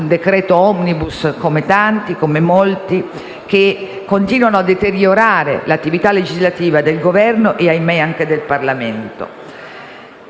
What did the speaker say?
decreto *omnibus* come tanti che continuano a deteriorare l'attività legislativa del Governo e - ahimè - anche del Parlamento.